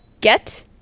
get